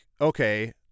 okay